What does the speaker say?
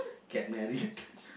get married